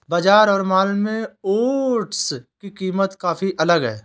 बाजार और मॉल में ओट्स की कीमत काफी अलग है